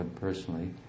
personally